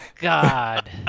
God